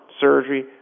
surgery